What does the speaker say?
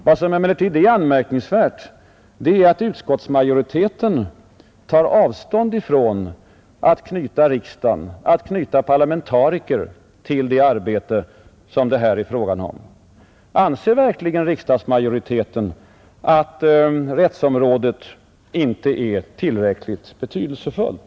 Vad som emellertid är anmärkningsvärt är att utskottsmajoriteten tar avstånd från att knyta riksdagen, parlamentariker, till det arbete som det är fråga om. Anser verkligen riksdagsmajoriteten att rättsområdet inte är tillräckligt betydelsefullt?